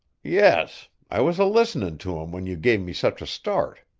yes i was a-listening to em when you give me such a start.